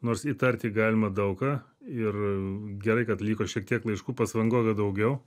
nors įtarti galima daug ką ir gerai kad liko šiek tiek laiškų pas vangogą daugiau